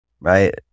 right